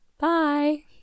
Bye